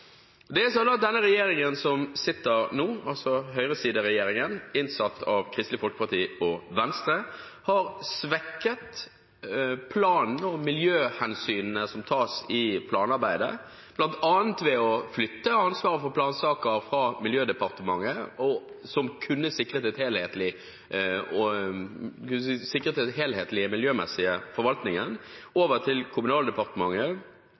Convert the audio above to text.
Denne regjeringen som sitter nå, altså høyresideregjeringen, innsatt av Kristelig Folkeparti og Venstre, har svekket planen og miljøhensynene som tas i planarbeidet, bl.a. ved å flytte ansvaret for plansaker fra Klima- og miljødepartementet, som kunne sikret den helhetlige miljømessige forvaltningen, over til Kommunal- og